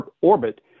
orbit